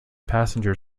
passenger